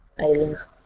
aliens